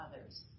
others